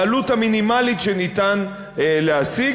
בעלות המינימלית שאפשר להשיג,